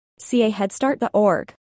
caheadstart.org